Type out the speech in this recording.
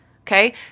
okay